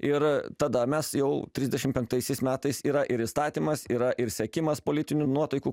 ir tada mes jau trisdešim penktaisiais metais yra ir įstatymas yra ir sekimas politinių nuotaikų